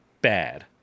bad